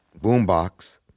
boombox